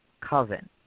coven